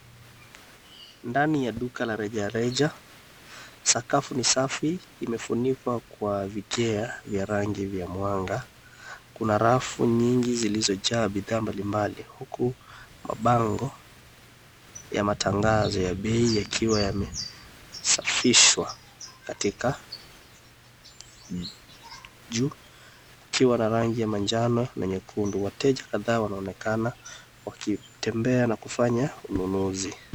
Ndani ya duka la rejareja sakafu ni safi imefunikwa kwa vigae vya rangi vya mwanga. Kuna rafu nyingi zilizojaa bidhaa mbalimbali huku mabango ya matangazo ya bei yakiwa yamesafishwa katika juu ikiwa na rangi ya manjano na nyekundu. Wateja kadhaa wanaonekana na kufanya ununuzi.